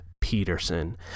Peterson